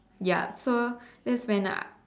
ya so that's when A